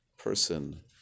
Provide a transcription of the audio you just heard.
person